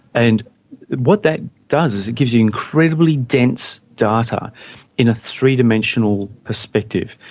and what that does is it gives you incredibly dense data in a three-dimensional perspective.